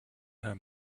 her